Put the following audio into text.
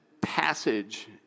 passage